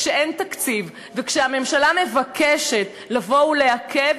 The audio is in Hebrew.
כשאין תקציב וכשהממשלה מבקשת לבוא ולעכב,